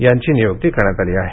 यांची नियुक्ती करण्यात आली आहे